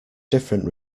different